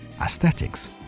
aesthetics